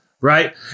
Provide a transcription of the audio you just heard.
right